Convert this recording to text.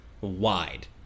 wide